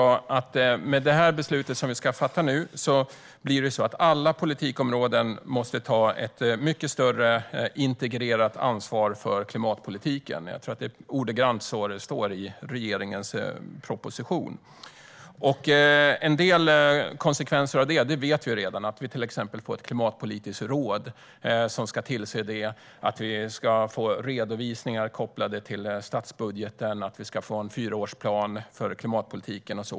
Med det beslut vi ska fatta nu måste alla politikområden ta ett mycket större integrerat ansvar för klimatpolitiken. Det är så det står i regeringens proposition. En del konsekvenser känner vi redan till, till exempel att det ska tillsättas ett klimatpolitiskt råd, att det ska ske redovisningar kopplade till statsbudgeten och att en fyraårsplan ska tas fram för klimatpolitiken.